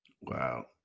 Wow